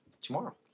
tomorrow